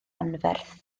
anferth